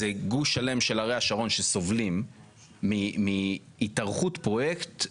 זה גוש שלם של ערי השרון שסובלים מהתארכות פרויקט,